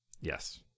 yes